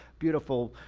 beautiful